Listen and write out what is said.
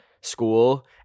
school